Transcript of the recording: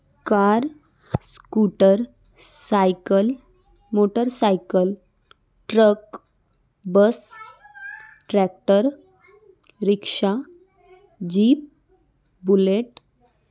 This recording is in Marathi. car scooter cycle motorcycle truck bus tractor rickshaw jeep bullet